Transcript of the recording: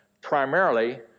primarily